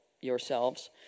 yourselves